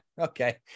Okay